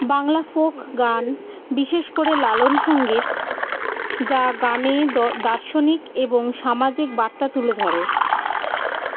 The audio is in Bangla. বাংলা ফোক গান বিশেষ করে লালন সংগীত যা গানে দ দার্শনিক এবং সামাজিক বার্তা তুলে ধরে